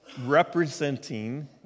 representing